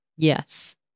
Yes